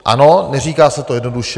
Ano, neříká se to jednoduše.